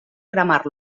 cremar